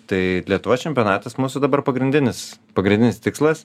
tai lietuvos čempionatas mūsų dabar pagrindinis pagrindinis tikslas